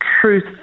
truth